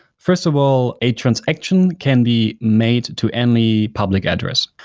first of all, a transaction can be made to any public address.